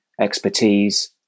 expertise